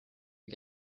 you